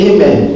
Amen